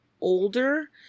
older